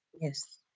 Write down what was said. Yes